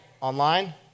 Online